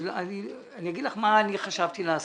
אני אגיד לך מה אני חשבתי לעשות.